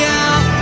out